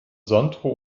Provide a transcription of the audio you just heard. sandro